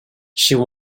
she